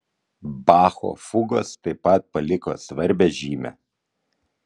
bacho fugos taip pat paliko svarbią žymę